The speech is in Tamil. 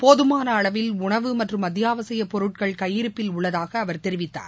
போதுமான அளவில் உணவு மற்றும் அத்தியாவசியப் பொருட்கள் கையிருப்பில் உள்ளதாக அவர் தெரிவித்தார்